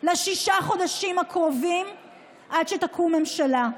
בששת החודשים הקרובים עד שתקום ממשלה.